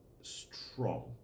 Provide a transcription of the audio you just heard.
strong